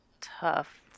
tough